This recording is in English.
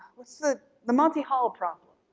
what's the, the monty hall problem.